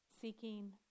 seeking